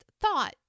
thought